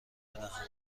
بدهند